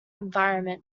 environment